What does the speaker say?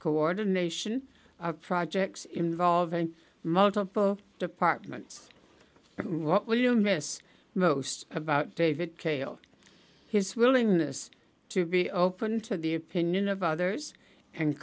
coordination of projects involving multiple departments what will you miss most about david kale his willingness to be open to the opinion of others and